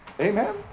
Amen